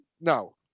No